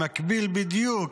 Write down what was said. במקביל בדיוק,